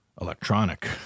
electronic